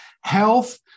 health